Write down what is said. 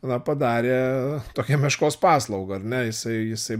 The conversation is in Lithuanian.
na padarė tokią meškos paslaugą ar ne jisai jisai